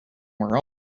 were